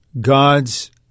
God's